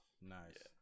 Nice